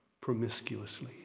promiscuously